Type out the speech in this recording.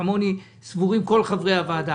כמוני סבורים כל חברי הוועדה.